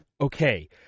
Okay